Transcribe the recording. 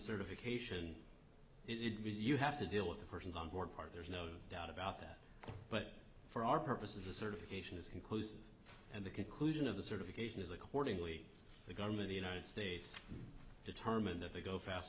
certification you have to deal with the persons on board part there's no doubt about that but for our purposes a certification is inclusive and the conclusion of the certification is accordingly the government the united states determined if they go fast